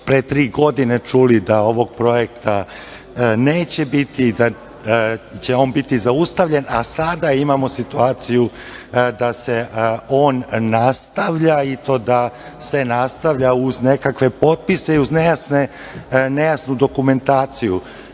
pre tri godine čuli da ovog projekta neće biti i da će on biti zaustavljen, a sada imamo situaciju da se on nastavlja i to da se nastavlja uz nekakve potpise i uz nejasnu dokumentaciju. Ovde